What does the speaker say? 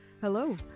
Hello